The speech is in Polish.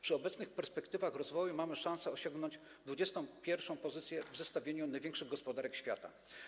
Przy obecnych perspektywach rozwoju mamy szansę osiągnąć 21. pozycję w zestawieniu największych gospodarek świata.